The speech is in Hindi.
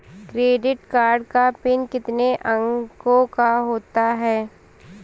क्रेडिट कार्ड का पिन कितने अंकों का होता है?